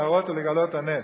להראות ולגלות את הנס.